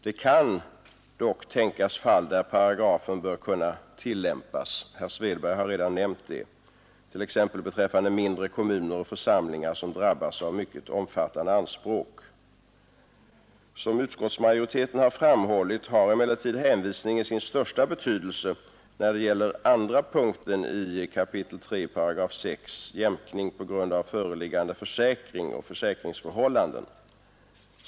Det kan dock tänkas fall där paragrafen bör kunna tillämpas — herr Svedberg har redan nämnt det — t.ex. beträffande mindre kommuner och församlingar som drabbas av mycket omfattande anspråk. Som utskottsmajoriteten framhållit har emellertid hänvisningen sin största betydelse när det gäller andra punkten i 3 kap. 6 §, jämkning på grund av föreliggande försäkring och försäkringsförhållanden.